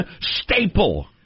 staple